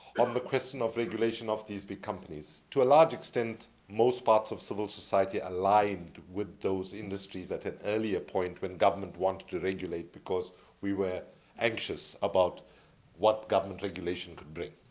on the question of regulation of these big companies, to a large extent, most parts of civil society aligned with those industries at an earlier point when government wanted to regulate because we were anxious about what government regulation could bring,